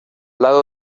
lado